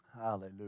Hallelujah